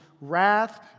wrath